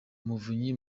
umuvunyi